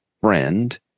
friend